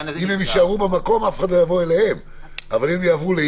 אם הם יישארו במקום, אף אחד לא יבוא אליהם.